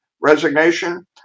resignation